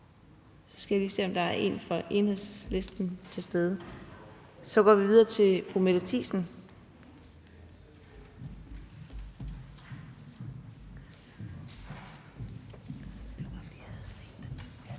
Så skal jeg lige se, om der er en ordfører fra Enhedslisten til stede. Så går vi videre til fru Mette Thiesen.